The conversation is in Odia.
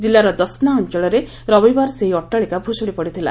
ଜିଲ୍ଲାର ଦସ୍ନା ଅଞ୍ଚଳରେ ରବିବାର ସେହି ଅଟ୍ଟାଳିକା ଭୁଷୁଡ଼ି ପଡ଼ିଥିଲା